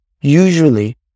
usually